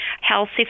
Healthy